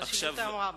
חשיבותם רבה.